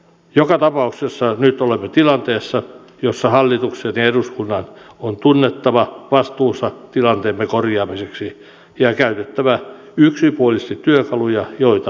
joka tapauksessa nyt olemme tilanteessa jossa hallituksen ja eduskunnan on tunnettava vastuunsa tilanteemme korjaamiseksi ja käytettävä yksipuolisesti työkaluja joita sillä on